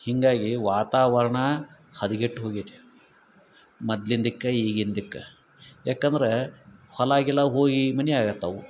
ಹೀಗಾಗಿ ವಾತಾವರಣ ಹದಗೆಟ್ಟು ಹೋಗ್ಯತಿ ಮೊದ್ಲಿಂದಕ್ಕೆ ಈಗಿಂದಕ್ಕೆ ಯಾಕಂದ್ರೆ ಹೊಲ ಗಿಲ ಹೋಗಿ ಮನೆ ಆಗತ್ತವು